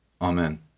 Amen